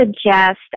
suggest